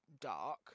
dark